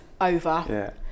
over